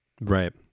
Right